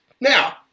now